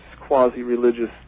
quasi-religious